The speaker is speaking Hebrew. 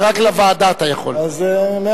אין דבר כזה, רק לוועדה אתה יכול.